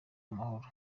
amahoro